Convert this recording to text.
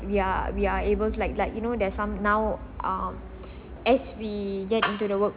we are we are able like like you know there's some now err as we get into the work